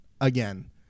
Again